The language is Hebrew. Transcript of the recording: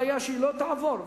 זו בעיה שלא תעבור.